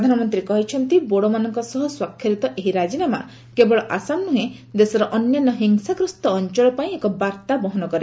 ପ୍ରଧାନମନ୍ତ୍ରୀ କହିଛନ୍ତି ବୋଡୋମାନଙ୍କ ସହ ସ୍ୱାକ୍ଷରିତ ଏହି ରାଜିନାମା କେବଳ ଆସାମ ନୁହେଁ ଦେଶର ଅନ୍ୟାନ୍ୟ ହିଂସାଗ୍ରସ୍ତ ଅଞ୍ଚଳ ପାଇଁ ଏକ ବାର୍ତ୍ତା ବାହନ କରେ